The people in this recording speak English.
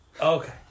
Okay